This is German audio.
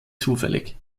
zufällig